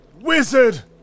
wizard